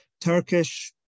Turkish